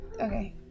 Okay